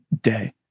day